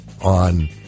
on